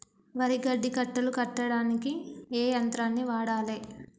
వరి గడ్డి కట్టలు కట్టడానికి ఏ యంత్రాన్ని వాడాలే?